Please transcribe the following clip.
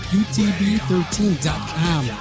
utb13.com